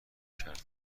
کرد